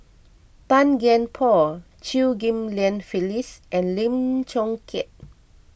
Tan Kian Por Chew Ghim Lian Phyllis and Lim Chong Keat